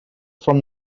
from